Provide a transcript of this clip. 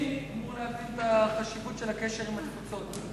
הלאומי אמור להבין את החשיבות של הקשר עם התפוצות.